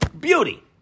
Beauty